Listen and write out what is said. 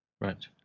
Right